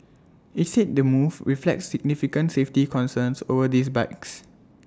IT said the move reflects significant safety concerns over these bikes